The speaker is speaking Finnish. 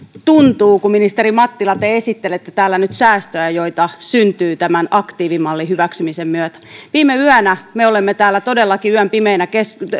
tuntuu kun te ministeri mattila esittelette täällä nyt säästöjä joita syntyy tämän aktiivimallin hyväksymisen myötä viime yönä me olemme täällä todellakin yön pimeinä